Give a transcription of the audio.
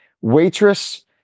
waitress